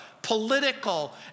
political